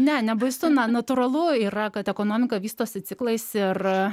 ne nebaisu natūralu yra kad ekonomika vystosi ciklais ir